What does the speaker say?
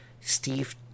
Steve